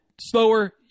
slower